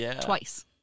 twice